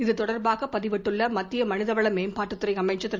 இது தொடர்பாக பதிவிட்டுள்ள மத்திய மனித வள மேம்பாட்டுத் துறை அமைச்சர் திரு